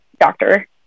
doctor